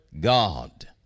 God